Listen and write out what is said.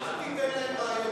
אל תיתן להם רעיונות.